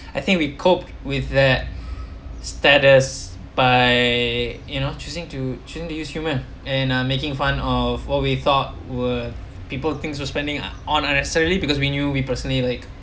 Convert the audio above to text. I think we cope with that status by you know choosing to choosing to use humor and uh making fun of what we thought were people things we're spending on unnecessarily because we knew we personally like